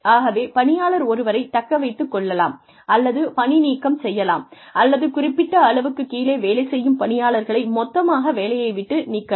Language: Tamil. ஆகவே பணியாளர் ஒருவரைத் தக்க வைத்துக் கொள்ளலாம் அல்லது பணிநீக்கம் செய்யலாம் அல்லது குறிப்பிட்ட அளவுக்குக் கீழே வேலை செய்யும் பணியாளர்களை மொத்தமாக வேலையை விட்டு நீக்கலாம்